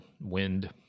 wind